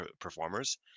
performers